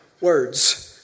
words